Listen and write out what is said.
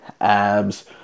abs